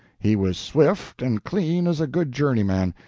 he was swift and clean as a good journeyman.